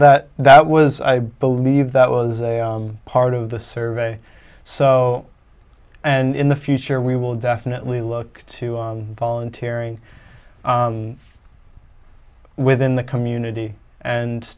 that that was i believe that was a part of the survey so and in the future we will definitely look to volunteering within the community and